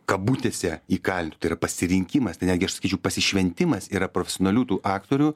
kabutėse įkalintu tai yra pasirinkimas tai netgi aš sakyčiau pasišventimas yra profesionalių tų aktorių